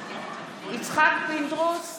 יצחק פינדרוס,